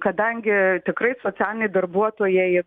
kadangi tikrai socialiniai darbuotojai